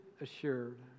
assured